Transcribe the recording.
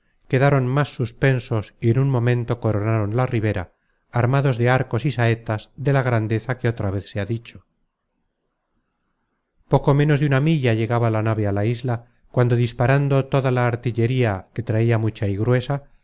quedaron más suspensos y en un momento coronaron la ribera armados de arcos y saetas de la grandeza que otra vez se ha dicho poco menos de una milla llegaba la nave á la isla cuando disparando toda la artillería que traia mucha y gruesa